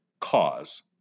cause